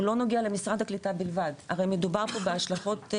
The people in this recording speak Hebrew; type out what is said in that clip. הוא לא נוגע למשרד הקליטה בלבד אבל מדובר פה בהשלכות.